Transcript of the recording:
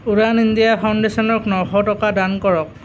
Udaan India ফাউণ্ডেশ্যনক ন শ টকা দান কৰক